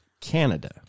Canada